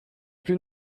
plus